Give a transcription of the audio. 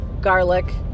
garlic